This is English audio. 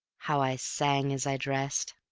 how i sang as i dressed!